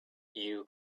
you